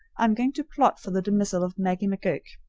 i am going to plot for the dismissal of maggie mcgurk,